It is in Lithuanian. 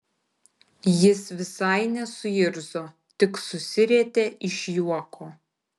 jis visai nesuirzo tik susirietė iš juoko